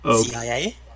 CIA